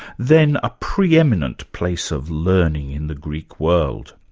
then a pre-eminent place of learning in the greek world.